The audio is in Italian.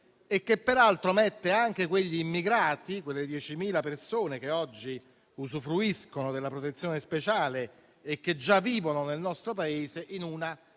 - che peraltro mette anche le 10.000 persone che oggi usufruiscono della protezione speciale e già vivono nel nostro Paese in una